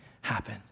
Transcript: happen